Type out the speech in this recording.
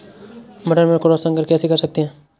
मटर में क्रॉस संकर कैसे कर सकते हैं?